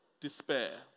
despair